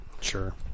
Sure